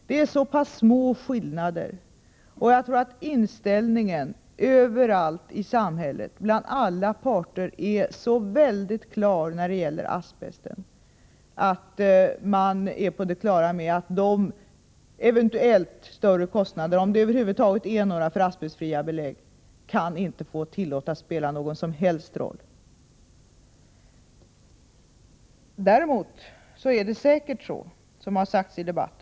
Det är så pass små skillnader. Jag tror att inställningen överallt i samhället, bland alla parter, är så väldigt klar när det gäller asbesten att man är på det klara med att de eventuellt större kostnaderna, om det över huvud taget blir några sådana, för asbestfria belägg inte kan få tillåtas spela någon som helst roll.